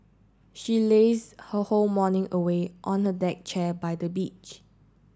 she laze her whole morning away on a deck chair by the beach